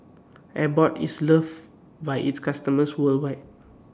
Abbott IS loved By its customers worldwide